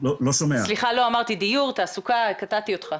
רק רוצה לציין שאני מפרקליטות המדינה,